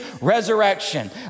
resurrection